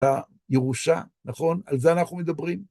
הירושה, נכון? על זה אנחנו מדברים.